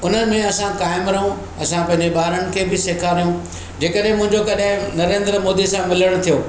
उन्हनि में असां क़ाइमु रहूं असां पंहिंजे ॿारनि खे बि सेखारियूं जे कॾहिं मुंहिंजो कॾहिं नरेंद्र मोदी सां मिलणु थियो